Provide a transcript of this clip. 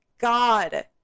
God